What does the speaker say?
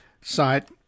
site